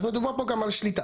אז מדובר פה גם על שליטה.